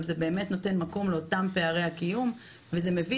אבל זה נותן מקום לאותם פערי הקיום וזה מביא